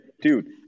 dude